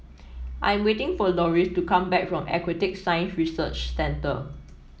I am waiting for Loris to come back from Aquatic Science Research Centre